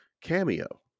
cameo